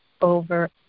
over